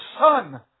son